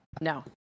No